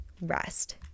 rest